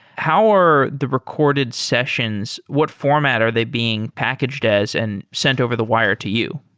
how are the recorded sessions what format are they being packaged as and sent over the wire to you?